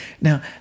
Now